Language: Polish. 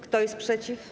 Kto jest przeciw?